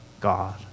God